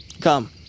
Come